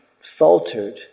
faltered